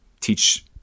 teach